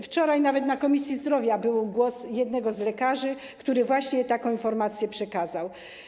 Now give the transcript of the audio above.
Wczoraj nawet w Komisji Zdrowia był głos jednego z lekarzy, który właśnie taką informację przekazał.